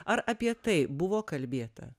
ar apie tai buvo kalbėta